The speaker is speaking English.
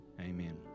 amen